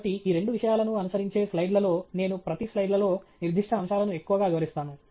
కాబట్టి ఈ రెండు విషయాలను అనుసరించే స్లైడ్లలో నేను ప్రతి స్లైడ్లలో నిర్దిష్ట అంశాలను ఎక్కువగా వివరిస్తాను